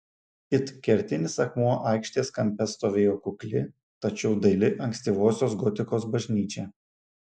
it kertinis akmuo aikštės kampe stovėjo kukli tačiau daili ankstyvosios gotikos bažnyčia